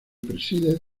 preside